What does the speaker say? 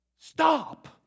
Stop